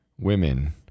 women